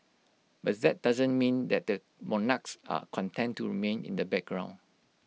but that doesn't mean that the monarchs are content to remain in the background